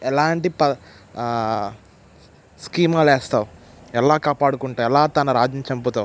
ఎలాంటి స్కీమాలు వేస్తావు ఎలా కాపాడుకుంటావు ఎలా తన రాజుని చంపుతావు